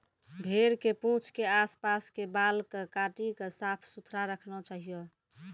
भेड़ के पूंछ के आस पास के बाल कॅ काटी क साफ सुथरा रखना चाहियो